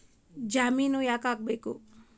ಜಾಮಿನ್ ಯಾಕ್ ಆಗ್ಬೇಕು?